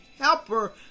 helper